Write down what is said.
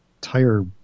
tire